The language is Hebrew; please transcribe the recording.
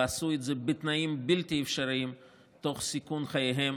ועשו את זה בתנאים בלתי אפשריים תוך סיכון חייהם